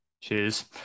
cheers